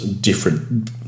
different